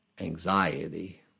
anxiety